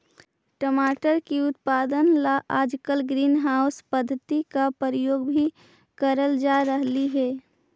टमाटर की उत्पादन ला आजकल ग्रीन हाउस पद्धति का प्रयोग भी करल जा रहलई हे